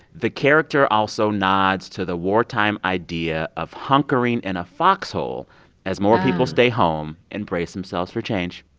the character also nods to the wartime idea of hunkering in a foxhole as more people stay home and brace themselves for change.